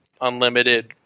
unlimited